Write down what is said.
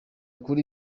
kuri